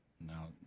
now